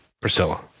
Priscilla